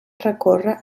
recórrer